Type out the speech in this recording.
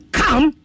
come